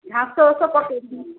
ଘାସ ଗଛ ପକେଇଛ